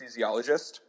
anesthesiologist